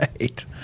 Right